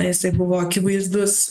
jisai buvo akivaizdus